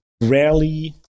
rarely